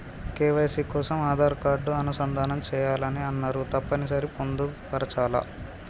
KYC కోసం Aadhaar card అనుసంధానం చేయాలని అన్నరు తప్పని సరి పొందుపరచాలా?